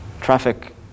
traffic